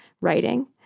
writing